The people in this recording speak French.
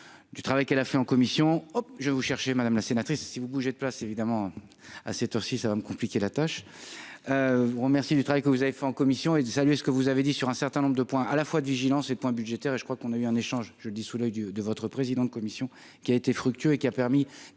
du travail qu'elle a fait en commission, je vous cherchez madame la sénatrice si vous bougez de place évidemment à cette heure-ci, ça va me compliquer la tâche, vous remercie du travail que vous avez fait en commission et saluer ce que vous avez dit sur un certain nombre de points à la fois de vigilance et de point budgétaire et je crois qu'on a eu un échange je dis soleil du de votre président de commission qui a été fructueux et qui a permis